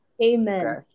Amen